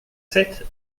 sept